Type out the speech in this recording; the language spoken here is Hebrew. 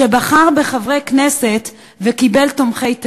שבחר בחברי כנסת וקיבל תומכי טרור.